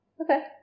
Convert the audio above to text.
Okay